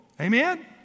Amen